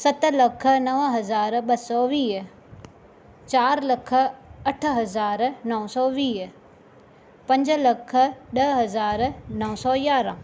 सत लख नव हज़ार ॿ सौ वीह चारि लख अठ हज़ार नव सौ वीह पंज लख ॾह हज़ार नव सौ यारहां